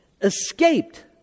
Escaped